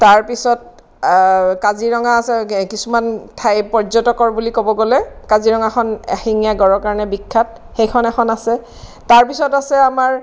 তাৰপিছত কাজিৰঙা আছে কিছুমান ঠাই পৰ্যটকৰ বুলি ক'ব গ'লে কাজিৰঙাখন এশিঙীয়া গড়ৰ কাৰণে বিখ্যাত সেইখন এখন আছে তাৰপিছত আছে আমাৰ